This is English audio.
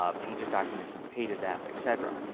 ah pages documents in the pages app, etc.